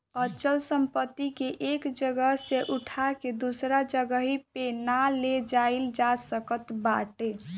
अचल संपत्ति के एक जगह से उठा के दूसरा जगही पे ना ले जाईल जा सकत बाटे